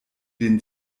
den